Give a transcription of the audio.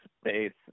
space